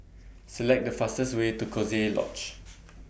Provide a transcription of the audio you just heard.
Select The fastest Way to Coziee Lodge